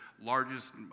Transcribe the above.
largest